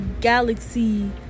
galaxy